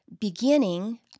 beginning